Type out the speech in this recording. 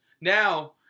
Now –